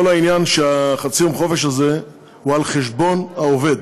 כל העניין הוא שחצי יום החופשה הזה הוא על חשבון העובד,